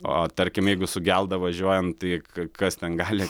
o tarkim jeigu su gelda važiuojant tai kas ten gali